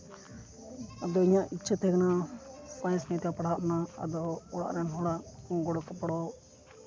ᱟᱫᱚ ᱤᱧᱟ ᱜ ᱤᱪᱪᱷᱟ ᱛᱟᱦᱮᱸ ᱠᱟᱱᱟ ᱥᱟᱭᱮᱱᱥ ᱱᱤᱭᱮᱛᱮ ᱯᱟᱲᱦᱟᱜ ᱨᱮᱱᱟᱜ ᱟᱫᱚ ᱚᱲᱟᱜ ᱨᱮᱱ ᱦᱚᱲᱟᱜ ᱜᱚᱲᱚᱼᱜᱚᱯᱲᱚ